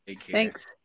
thanks